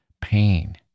pain